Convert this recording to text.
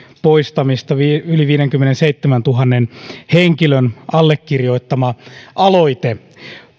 poistamista yli viidenkymmenenseitsemäntuhannen henkilön allekirjoittama aloite